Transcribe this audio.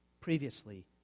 previously